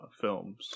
Films